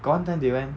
got one time they went